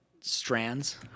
strands